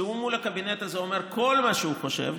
מול הקבינט הזה הוא אומר כל מה שהוא חושב,